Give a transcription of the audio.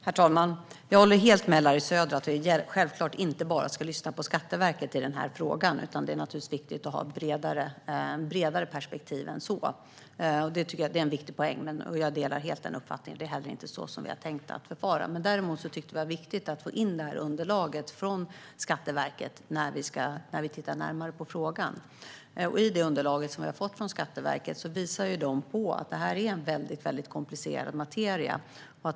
Herr talman! Jag håller helt med Larry Söder att vi självklart inte bara ska lyssna på Skatteverket i den här frågan. Det är naturligtvis viktigt att ha ett bredare perspektiv än så. Det är en viktig poäng, och jag delar helt den uppfattningen. Det är inte heller så vi har tänkt att förfara. Däremot har vi tyckt att vi i samband med att vi tittar närmare på frågan ska få in underlaget från Skatteverket. I det underlag vi har fått från Skatteverket framgår det att det är mycket komplicerad materia.